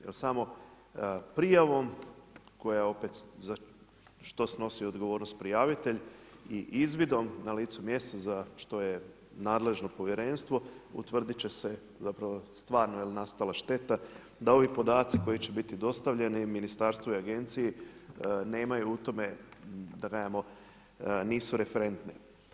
Jer samo prijavom koja opet za što snosi odgovornost prijavitelj i izvidom na licu mjesta za što je nadležno povjerenstvo, utvrditi će se, zapravo, stvarno jel nastala šteta, da ovi podaci koji će biti dostavljeni, ministarstvu i agenciji, nemamo u tome, da kažemo, nisu referenti.